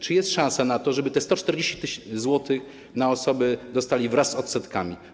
Czy jest szansa na to, żeby te 140 zł na osobę dostali wraz z odsetkami?